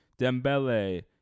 Dembele